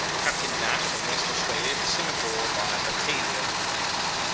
captain nash, from west australia to singapore via batavia with mails,